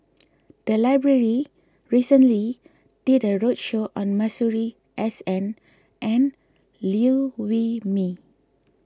the library recently did a roadshow on Masuri S N and Liew Wee Mee